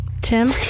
Tim